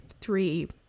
three